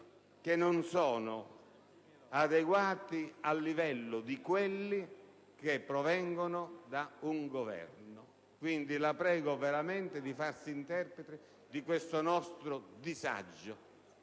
che non sono adeguati al livello di quelli che provengono dal Governo. La prego veramente di farsi interprete di questo nostro disagio